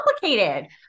complicated